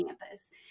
campus